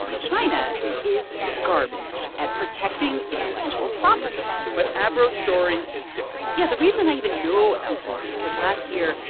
china is garbage at protecting intellectual property but abro's story is different yeah. the reason i even know about them is because last year,